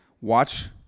watch